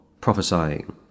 prophesying